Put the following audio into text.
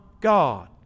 God